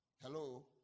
hello